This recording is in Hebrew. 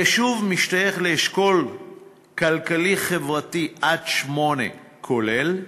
היישוב משתייך לאשכול כלכלי-חברתי עד 8, כולל.